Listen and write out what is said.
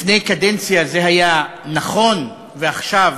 לפני קדנציה זה היה נכון ועכשיו